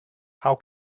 how